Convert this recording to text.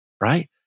right